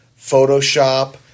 Photoshop